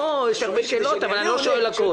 אבל אני לא שואל הכול.